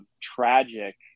tragic